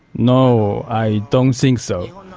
no, i don't think so.